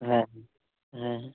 হ্যাঁ হুম হ্যাঁ হ্যাঁ